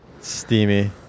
Steamy